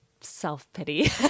self-pity